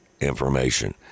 information